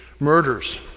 Murders